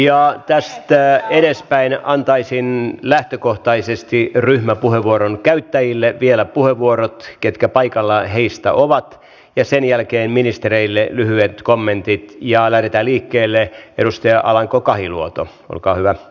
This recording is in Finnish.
ja tästä edespäin antaisin lähtökohtaisesti ryhmäpuheenvuoron käyttäjille vielä puheenvuorot ketkä heistä ovat paikalla ja sen jälkeen ministereille lyhyet kommentit ja lähettää liikkeelle edustaja alanko kahiluoto olkaa hyvä